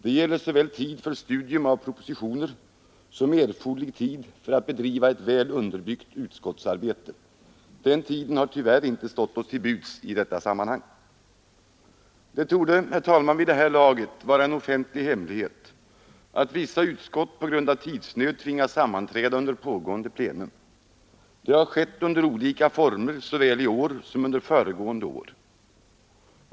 Det gäller såväl tid för studium av propositioner som erforderlig tid för att bedriva ett väl underbyggt utskottsarbete. Den tiden har tyvärr inte stått oss till buds i detta sammanhang. Det torde, herr talman, vid det här laget vara en offentlig hemlighet att vissa utskott på grund av tidsnöd tvingas sammanträda under pågående plenum. Det har skett under olika former såväl i år som under föregående år.